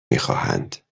میخواهند